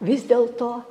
vis dėlto